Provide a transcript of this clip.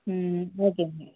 ம் ஓகேங்க